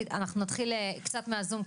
נתחיל קצת מהזום,